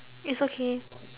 it's okay